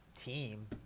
team